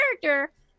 character